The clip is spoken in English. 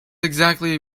exactly